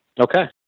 Okay